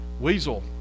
Weasel